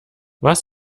was